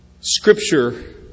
Scripture